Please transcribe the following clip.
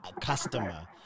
customer